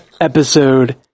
episode